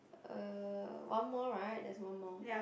uh one more right there's one more